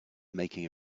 making